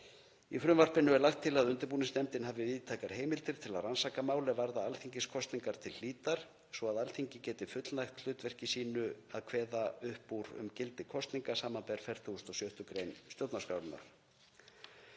Í frumvarpinu er lagt til að undirbúningsnefndin hafi víðtækar heimildir til að rannsaka mál er varða alþingiskosningar til hlítar svo að Alþingi geti fullnægt hlutverki sínu að kveða upp úr um gildi kosninga, sbr. 46. gr. stjórnarskrárinnar.